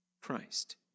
Christ